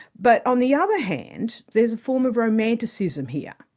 but on the other hand, there's a form of romanticism here.